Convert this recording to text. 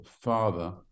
father